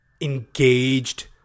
engaged